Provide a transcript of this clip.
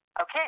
Okay